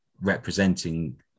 representing